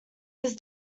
his